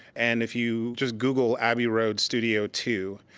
and if you just google abbey road studio two,